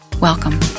Welcome